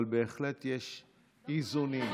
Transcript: אבל בהחלט יש איזונים.